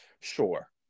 sure